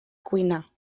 cuina